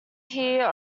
hear